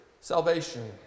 salvation